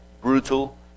brutal